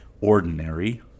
ordinary